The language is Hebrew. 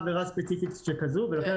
כיושבת-ראש הוועדה לעסקים קטנים ובינוניים